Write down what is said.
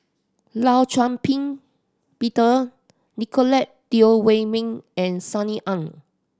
Law Shau Ping Peter Nicolette Teo Wei Min and Sunny Ang